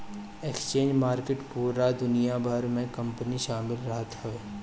exchange market पूरा दुनिया भर के कंपनी शामिल रहत हवे